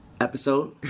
episode